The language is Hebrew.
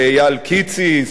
לאייל קיציס,